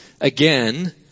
again